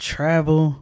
Travel